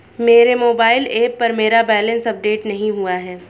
मेरे mobile app पर मेरा बैलेंस अपडेट नहीं हुआ है